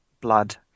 Blood